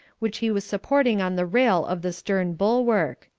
which he was supporting on the rail of the stern bulwark.